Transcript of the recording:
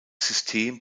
system